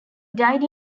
died